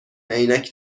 عینک